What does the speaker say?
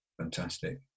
fantastic